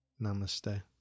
namaste